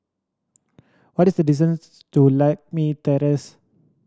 what is the distance to Lakme Terrace